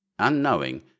unknowing